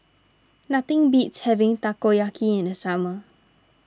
nothing beats having Takoyaki in the summer